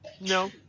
No